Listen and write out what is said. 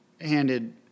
handed